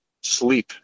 sleep